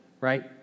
right